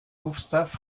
gustav